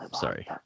Sorry